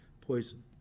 poison